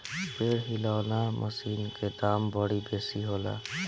पेड़ हिलौना मशीन के दाम बड़ी बेसी होला